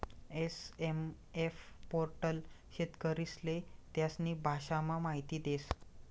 SMF portal शेतकरीस्ले त्यास्नी भाषामा माहिती देस